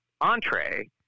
entree